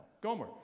Gomer